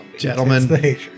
gentlemen